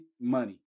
money